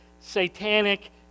satanic